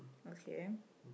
okay